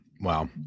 Wow